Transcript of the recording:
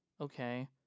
Okay